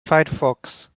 firefox